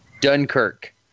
Dunkirk